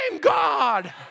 God